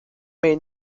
may